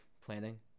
planning